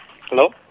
Hello